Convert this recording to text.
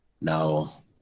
Now